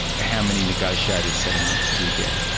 how many negotiated settlements do you get?